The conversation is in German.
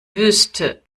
wüste